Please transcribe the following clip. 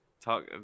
Talk